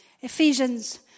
Ephesians